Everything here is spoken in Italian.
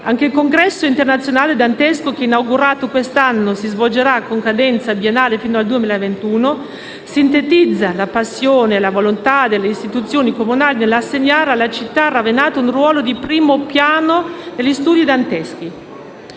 Anche il Congresso dantesco internazionale, inaugurato quest'anno, che si svolgerà con cadenza biennale fino al 2021, sintetizza la passione e la volontà delle istituzioni comunali nell'assegnare alla città ravennate un ruolo di primo piano negli studi danteschi.